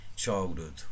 Childhood